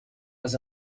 was